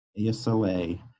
ASLA